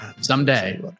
Someday